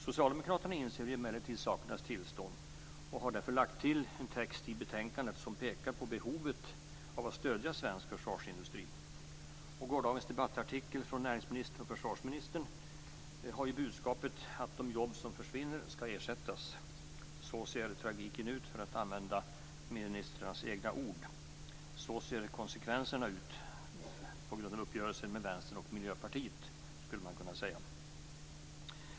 Socialdemokraterna inser emellertid sakernas tillstånd, och de har därför lagt till en text i betänkandet som pekar på behovet av att stödja svensk försvarsindustri. Gårdagens debattartikel från näringsministern och försvarsministern har budskapet att de jobb som försvinner skall ersättas. Så ser tragiken ut, för att använda ministrarnas egna ord. Så ser konsekvenserna ut på grund av uppgörelsen med Vänsterpartiet och Miljöpartiet, skulle man kunna säga.